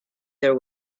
their